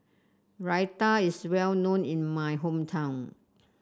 raita is well known in my hometown